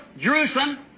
Jerusalem